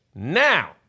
Now